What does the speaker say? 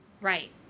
Right